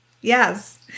yes